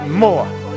more